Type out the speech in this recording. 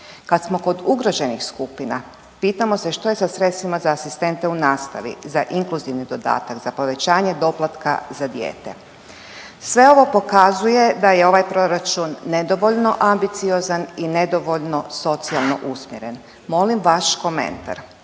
Kad smo kod ugroženih skupina, pitamo se što je sa sredstvima za asistente u nastavi, za inkluzivni dodatak, za povećanje doplatka za dijete? Sve ovo pokazuje da je ovaj Proračun nedovoljno ambiciozan i nedovoljno socijalno usmjeren. Molim vaš komentar